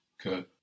que